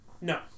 No